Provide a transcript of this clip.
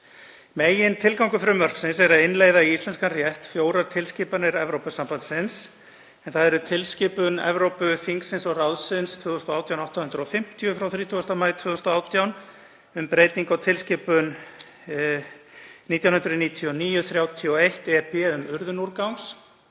Megintilgangur frumvarpsins er að innleiða í íslenskan rétt fjórar tilskipanir Evrópusambandsins, en það eru: Tilskipun Evrópuþingsins og ráðsins (ESB) 2018/850 frá 30. maí 2018 um breytingu á tilskipun 1999/31/EB um urðun úrgangs,